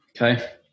Okay